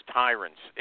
tyrants